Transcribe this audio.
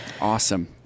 Awesome